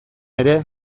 ere